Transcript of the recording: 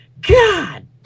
God